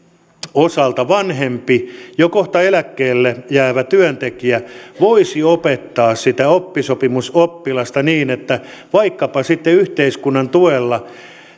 osalta vanhempi jo kohta eläkkeelle jäävä työntekijä voisi opettaa sitä oppisopimusoppilasta niin että vaikkapa sitten yhteiskunnan tuella